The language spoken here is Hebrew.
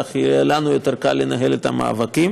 כך יהיה לנו יותר קל לנהל את המאבקים.